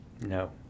No